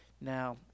Now